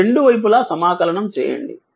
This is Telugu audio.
కాబట్టి రెండు వైపులా సమాకలనం చేయండి